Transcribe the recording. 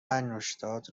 انگشتات